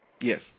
Yes